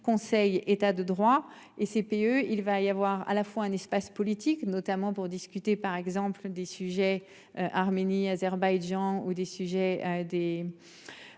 conseil état de droit et CPE, il va y avoir à la fois un espace politique notamment pour discuter par exemple des sujets, Arménie, Azerbaïdjan ou des sujets des.